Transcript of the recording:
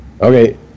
Okay